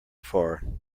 far